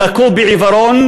שלקו בעיוורון